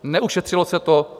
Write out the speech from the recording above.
Neušetřilo se to.